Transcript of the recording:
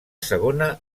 segona